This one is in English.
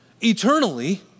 eternally